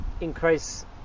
increase